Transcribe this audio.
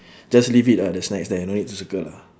just leave it lah the snacks there no need to circle lah